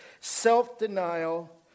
Self-denial